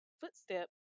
footstep